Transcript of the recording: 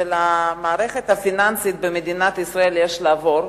שעל המערכת הפיננסית במדינת ישראל לעבור,